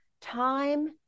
time